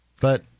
But-